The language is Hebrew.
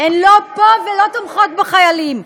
אנחנו לא נגד חיילים.